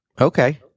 Okay